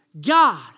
God